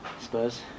Spurs